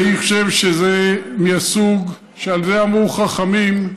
אני חושב שזה מהסוג שעל זה אמרו חכמים: